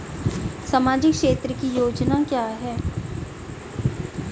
सामाजिक क्षेत्र की योजना क्या है?